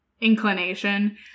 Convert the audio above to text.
inclination